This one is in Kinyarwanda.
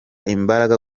imbaraga